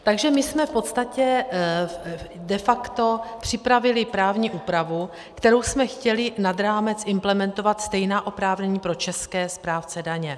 Takže my jsme v podstatě de facto připravili právní úpravu, kterou jsme chtěli nad rámec implementovat stejná oprávnění pro české správce daně.